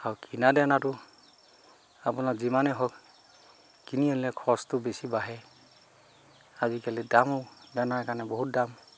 আৰু কিনা দানাটো আপোনাৰ যিমানেই হওক কিনি আনিলে খৰচটো বেছি বাঢ়ে আজিকালি দামো দানাৰ কাৰণে বহুত দাম